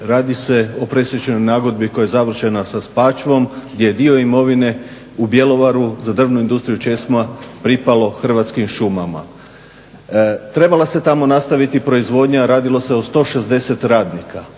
radi se o predstečajnoj nagodbi koja je završena sa SPAČVA-om gdje je dio imovine u Bjelovaru za drvnu industriju ČESMA pripalo Hrvatskim šumama. Trebala se tamo nastaviti proizvodnja, radilo se o 160 radnika.